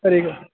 ಸರಿ